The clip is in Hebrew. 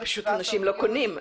117. אנשים לא קונים,